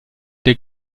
der